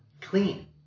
clean